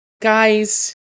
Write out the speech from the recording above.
guys